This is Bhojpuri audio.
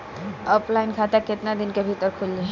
ऑफलाइन खाता केतना दिन के भीतर खुल जाई?